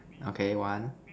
okay one